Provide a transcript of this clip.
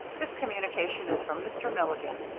this communication is from mr. milligan,